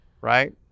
right